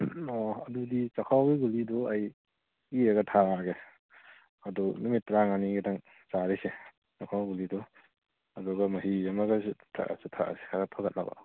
ꯑꯣ ꯑꯗꯨꯗꯤ ꯆꯛꯈꯥꯎꯒꯤ ꯒꯨꯂꯤꯗꯨ ꯑꯩ ꯏꯔꯒ ꯊꯥꯔꯛꯑꯒꯦ ꯑꯗꯨ ꯅꯨꯃꯤꯠ ꯇꯔꯥꯃꯉꯥꯅꯤ ꯒꯤꯗꯪ ꯆꯥꯈꯤꯁꯦ ꯆꯛꯈꯥꯎ ꯒꯨꯂꯤꯗꯣ ꯑꯗꯨꯒ ꯃꯍꯤ ꯑꯃꯒꯁꯨ ꯊꯛꯑꯁꯨ ꯊꯛꯑꯁꯦ ꯈꯔ ꯐꯒꯠꯅꯕ